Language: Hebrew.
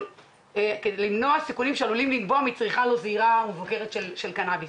"כדי למנוע סיכונים שעלולים לנבוע מצריכה לא זהירה ומבוקרת של קנאביס".